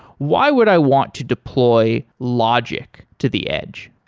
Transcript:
why would i want to deploy logic to the edge?